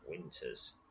winters